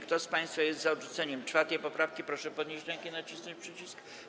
Kto z państwa jest za odrzuceniem 4. poprawki, proszę podnieść rękę i nacisnąć przycisk.